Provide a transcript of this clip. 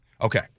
Okay